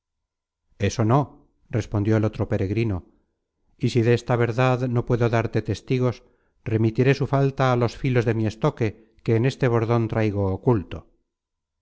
eso no respondió el otro peregrino y si desta verdad no puedo darte testigos remitiré su falta á los filos de mi estoque que en este bordon traigo oculto